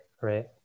right